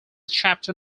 chapter